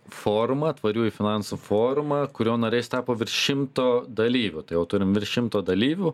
forumą tvariųjų finansų forumą kurio nariais tapo virš šimto dalyvių tai vat turim virš šimto dalyvių